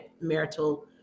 marital